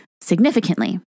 significantly